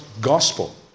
gospel